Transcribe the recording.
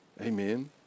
Amen